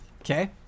okay